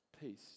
Peace